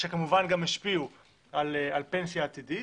שכמובן גם השפיעו על פנסיה עתידית,